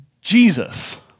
Jesus